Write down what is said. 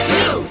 Two